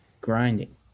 grinding